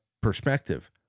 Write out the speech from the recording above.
perspective